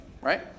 right